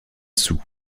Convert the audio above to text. sous